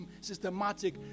systematic